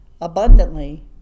abundantly